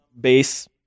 base